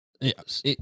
Yes